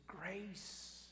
grace